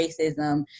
racism